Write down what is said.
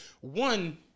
one